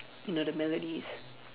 in other melodies